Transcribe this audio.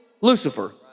Lucifer